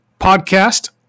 Podcast